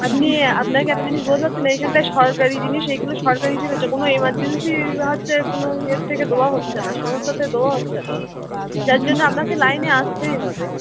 আপনি আপনাকে একটা জিনিস বোঝাতে পাচ্ছি না এইখানটায় সরকারি জিনিস এগুলো সরকারি হিসেবে হচ্ছে কোনো এমারজেন্সি হচ্ছে কোনো এর থেকে দেওয়া হচ্ছে না সংস্থা থেকে দেওয়া হচ্ছে না যার জন্য আপনাকে লাইনে আসতেই হবে